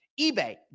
eBay